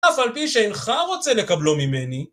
אף על פי שאינך רוצה לקבלו ממני